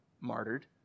martyred